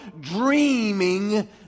dreaming